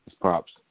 props